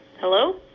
hello